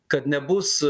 kad nebus